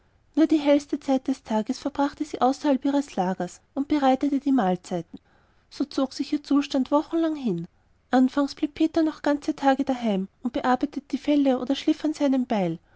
nur die hellste zeit des tages verbrachte sie außerhalb ihres lagers und bereitete die mahlzeiten so zog sich ihr zustand wochenlang hin anfangs blieb peter noch ganze tage daheim und bearbeitete die felle oder schliff an seinem beil